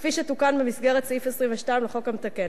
כפי שתוקן במסגרת סעיף 22 לחוק המתקן.